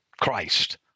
Christ